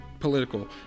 political